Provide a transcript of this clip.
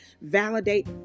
validate